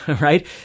Right